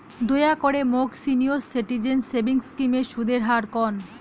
দয়া করে মোক সিনিয়র সিটিজেন সেভিংস স্কিমের সুদের হার কন